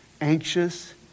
anxious